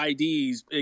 IDs